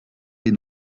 les